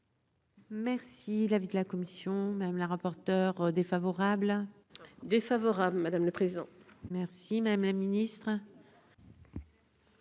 Merci l'avis de la commission madame la rapporteure défavorable, défavorable, madame le président, merci madame la ministre.